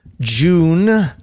June